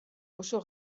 oso